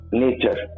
nature